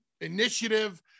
initiative